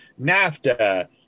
NAFTA